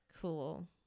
cool